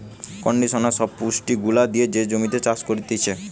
conditioner সব পুষ্টি গুলা দিয়ে যে জমিতে চাষ করতিছে